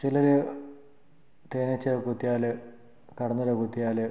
ചിലർ തേനീച്ച കുത്തിയാൽ കടന്നൽ കുത്തിയാൽ